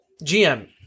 GM